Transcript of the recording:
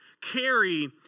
Carry